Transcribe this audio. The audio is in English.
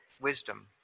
wisdom